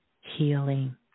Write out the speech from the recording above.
healing